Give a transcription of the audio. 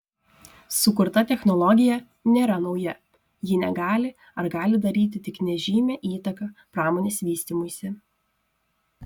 sukurta technologija nėra nauja ji negali ar gali daryti tik nežymią įtaką pramonės vystymuisi